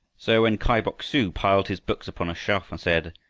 so when kai bok-su piled his books upon a shelf and said,